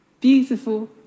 Beautiful